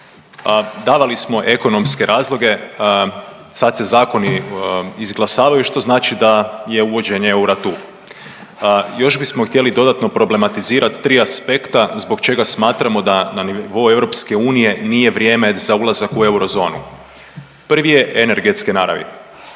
Davali smo ekonomske razloge, sad se zakoni izglasavaju što znači da je uvođenje eura tu. Još bismo htjeli dodatno problematizirati tri aspekta zbog čega smatramo da nivou EU nije vrijeme za ulazak u eurozonu. Prvi je energetske naravi.